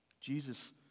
Jesus